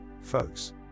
folks